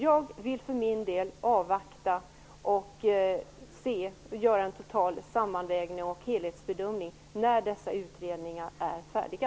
Jag vill för min del avvakta och se, och sedan göra en total sammanvägning och helhetsbedömning när dessa utredningar är färdiga.